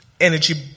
energy